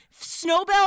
Snowbell